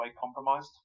compromised